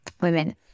women